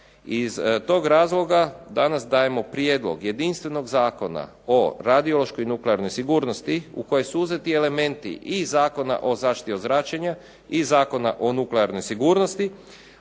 Iz tog razloga danas dajemo prijedlog jedinstvenog Zakona o radiološkoj i nuklearnoj sigurnosti u kojoj su uzeti elementi i Zakona o zaštiti od zračenja i Zakona o nuklearnoj sigurnosti,